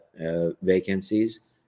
vacancies